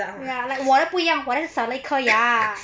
ya 我的不一样我的少了一颗牙